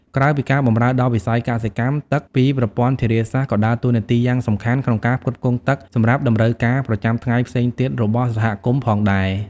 ក្រៅពីការបម្រើដល់វិស័យកសិកម្ម ទឹកពីប្រព័ន្ធធារាសាស្ត្រក៏ដើរតួនាទីយ៉ាងសំខាន់ក្នុងការផ្គត់ផ្គង់ទឹកសម្រាប់តម្រូវការប្រចាំថ្ងៃផ្សេងទៀតរបស់សហគមន៍ផងដែរ។